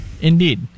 Indeed